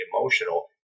emotional